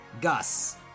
Gus